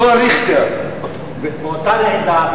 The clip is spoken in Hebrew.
באותה רעידה,